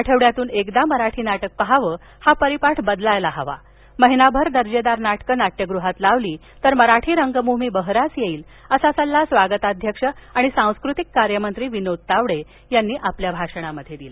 आठवड्यातून एकदा मराठी नाटक पहावं हा परिपाठ बदलायला हवा महिनाभर दर्जेदार नाटकं नाळ्यगृहात लावली तर मराठी रंगभूमी बहरास येईल असा सल्ला स्वागताध्यक्ष आणि सांस्कृतिक कार्य मंत्री विनोद ताबडे यांनी आपल्या भाषणात दिला